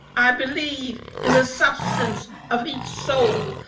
i believe in the substance of each soul.